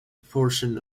portion